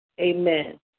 Amen